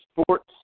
sports